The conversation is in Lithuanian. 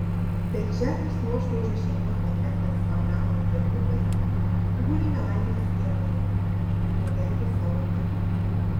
per žemės nuošliaužą šeimos netekęs afganas berniukas guli nelaimės vietoje kur gedi savo tėvų